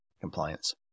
compliance